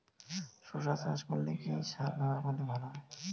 শশা চাষ করলে কি সার ব্যবহার করলে ভালো হয়?